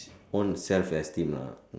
own self esteem lah